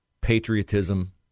patriotism